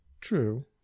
true